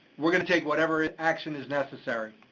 we're gonna take whatever action is necessary.